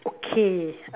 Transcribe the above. okay